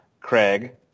Craig